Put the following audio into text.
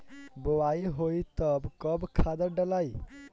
बोआई होई तब कब खादार डालाई?